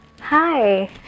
hi